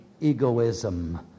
egoism